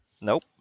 Nope